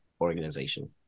organization